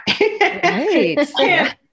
right